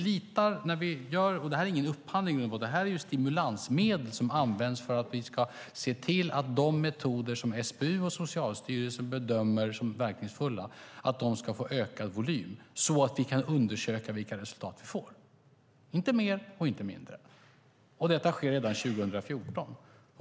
Det är ingen upphandling, utan det är stimulansmedel som används för att vi ska se till att de metoder som SBU och Socialstyrelsen bedömer som verkningsfulla ska få ökad volym, så att vi kan undersöka vilka resultat vi får - inte mer och inte mindre. Detta sker redan 2014.